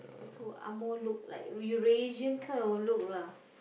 also angmoh look like Eurasian kind of look lah